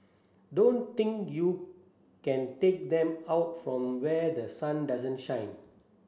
don't think you can take them out from where the sun doesn't shine